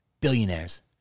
billionaires